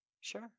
sure